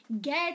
get